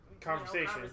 conversation